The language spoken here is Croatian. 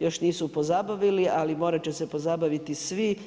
još nisu pozabavili, ali morat će se pozabaviti svi.